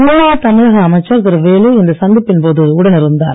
முன்னாள் தமிழக அமைச்சர் திரு வேலு இந்த சந்திப்பின் போது உடன் இருந்தார்